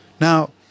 Now